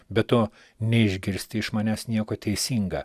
be to neišgirsti iš manęs nieko teisinga